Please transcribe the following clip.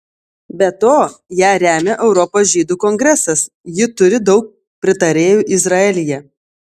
be to ją remia europos žydų kongresas ji turi daug pritarėjų izraelyje